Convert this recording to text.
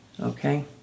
Okay